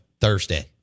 thursday